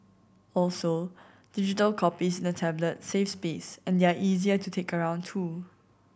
also digital copies in a tablet save space and they are easier to take around too